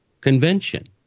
convention